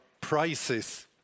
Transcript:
prices